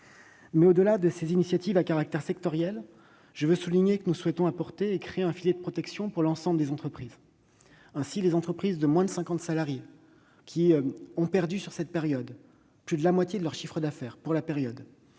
Au-delà de ces initiatives à caractère sectoriel, je tiens à souligner que nous souhaitons créer un filet de protection pour l'ensemble des entreprises. Ainsi, les entreprises de moins de cinquante salariés, qui ont perdu plus de la moitié de leur chiffre d'affaires sur la période